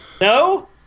no